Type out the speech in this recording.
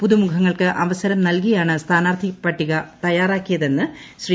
പുതുമുഖങ്ങൾക്ക് അവസരം നൽകിയാണ് സ്ഥാനാർത്ഥിപട്ടിക തയ്യാറാക്കിയതെന്ന് ശ്രീ